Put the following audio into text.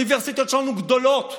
האוניברסיטאות שלנו גדולות,